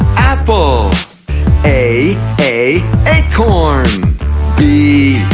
apple a a acorn b,